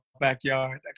backyard